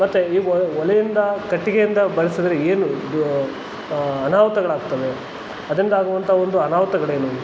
ಮತ್ತು ಈಗ ಒಲೆಯಿಂದ ಕಟ್ಟಿಗೆಯಿಂದ ಬಳಸಿದ್ರೆ ಏನು ಅನಾಹುತಗಳಾಗ್ತವೆ ಅದರಿಂದ ಆಗುವಂಥ ಒಂದು ಅನಾಹುತಗಳೇನು